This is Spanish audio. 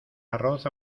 arroz